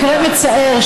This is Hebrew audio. מקרה מצער,